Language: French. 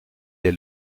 est